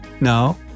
No